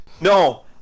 no